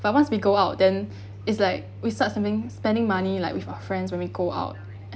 but once we go out then it's like we start spending spending money like with our friends when we go out and